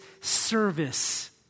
service